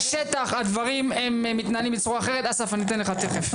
אחרת, אסף אני אתן לך תכף.